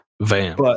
Van